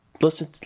listen